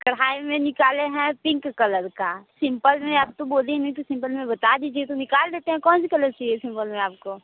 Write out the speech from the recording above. कढ़ाई में निकाले हैं पिंक कलर का सिंपल में आप तो बोली नहीं तो सिंपल में बता दीजिए तो निकाल देते हैं कौन सा कलर चाहिए सिंपल में आपको